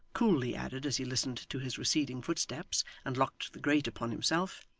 coolly added as he listened to his receding footsteps and locked the grate upon himself,